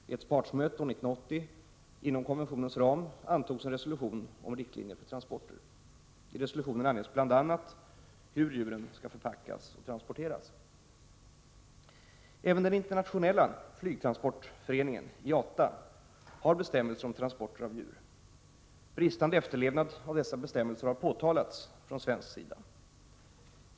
Vid ett partsmöte år 1980 inom konventionens ram antogs en resolution om riktlinjer för transporter. I resolutionen anges bl.a. hur djuren skall förpackas och transporteras. Även den internationella flygtransportföreningen, IATA, har bestämmelser om transport av djur. Bristande efterlevnad av dessa bestämmelser har påtalats från svensk sida.